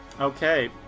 Okay